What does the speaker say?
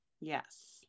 Yes